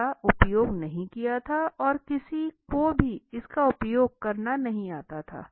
इसका उपयोग नहीं किया गया था और किसी को भी इसका उपयोग करना नहीं आता है